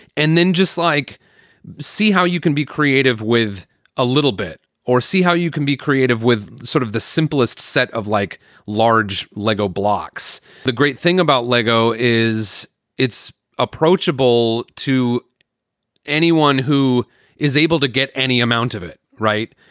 and just like see how you can be creative with a little bit or see how you can be creative with sort of the simplest set of like large lego blocks. the great thing about lego is it's approachable to anyone who is able to get any amount of it right.